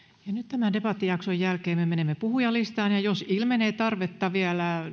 tämän debattijakson jälkeen me menemme puhujalistaan ja jos ilmenee tarvetta vielä